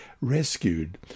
rescued